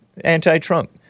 Anti-Trump